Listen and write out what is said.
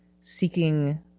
seeking